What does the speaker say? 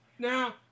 Now